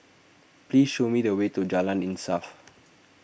please show me the way to Jalan Insaf